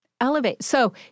elevate—so